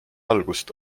algust